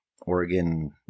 Oregon